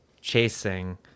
chasing